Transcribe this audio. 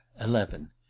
eleven